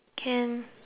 can